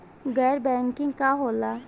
गैर बैंकिंग का होला?